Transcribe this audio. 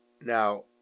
Now